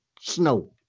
snow